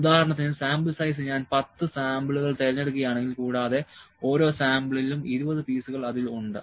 ഉദാഹരണത്തിന് sample size ഞാൻ 10 സാമ്പിളുകൾ തിരഞ്ഞെടുക്കുകയാണെങ്കിൽ കൂടാതെ ഓരോ സാമ്പിളിലും 20 പീസുകൾ അതിൽ ഉണ്ട്